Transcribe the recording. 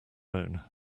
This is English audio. own